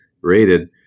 rated